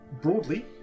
broadly